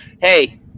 hey